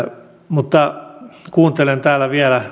mutta kuuntelen täällä vielä